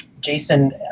Jason